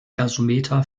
gasometer